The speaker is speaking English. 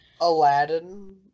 Aladdin